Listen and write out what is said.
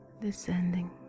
descending